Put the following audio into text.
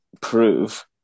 prove